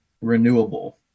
renewable